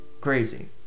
crazy